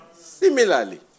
Similarly